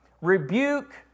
rebuke